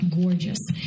gorgeous